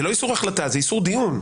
זה לא איסור החלטה, זה איסור דיון.